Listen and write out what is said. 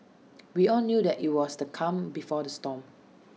we all knew that IT was the calm before the storm